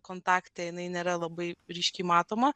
kontakte jinai nėra labai ryškiai matoma